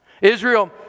Israel